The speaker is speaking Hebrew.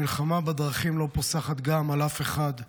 המלחמה בדרכים גם לא פוסחת על אף אחד.